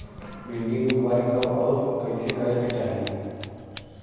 भिंडी क बुआई कब अउर कइसे करे के चाही?